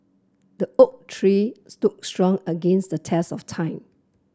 the oak tree stood strong against the test of time